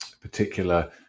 particular